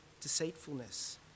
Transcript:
deceitfulness